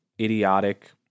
idiotic